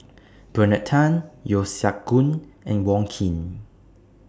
Bernard Tan Yeo Siak Goon and Wong Keen